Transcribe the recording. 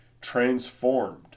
transformed